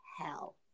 hell